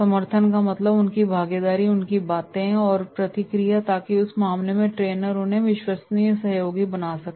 समर्थन का मतलब है उनकी भागीदारी और उनकी बातें और प्रतिक्रिया ताकि उस मामले में ट्रेनर उन्हें विश्वसनीय सहयोगी बना सके